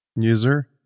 User